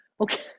Okay